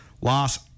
loss